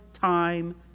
time